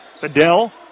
Fidel